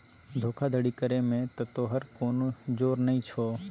धोखाधड़ी करय मे त तोहर कोनो जोर नहि छौ